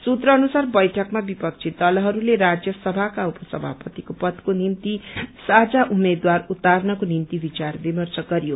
सूत्र अनुसार बैठकमा विपक्षी दलहरूले राज्यसभाका उप सभापतिको पदको निम्ति साझा उम्मेद्वार उतार्नच्रो निम्ति विचार विमर्श गरयो